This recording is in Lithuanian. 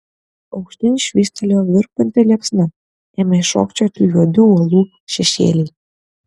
aukštyn švystelėjo virpanti liepsna ėmė šokčioti juodi uolų šešėliai